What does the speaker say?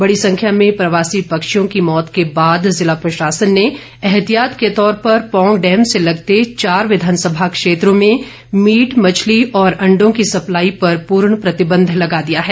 बडी संख्या में प्रवासी पक्षियों की मौत के बाद जिला प्रशासन ने एहतियात के तौर पर पौंग डैम से लगते चार विधानसभा क्षेत्रों में मीट मछली और अंडों की सप्लाई पर पूर्ण प्रतिबंध लगा दिया है